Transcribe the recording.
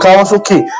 okay